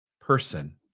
person